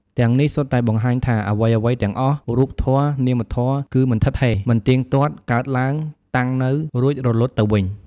ទាំងនេះសុទ្ធតែបង្ហាញថាអ្វីៗទាំងអស់ រូបធម៌ នាមធម៌ គឺ មិនឋិតថេរ មិនទៀងទាត់ កើតឡើង តាំងនៅ រួចរលត់ទៅវិញ។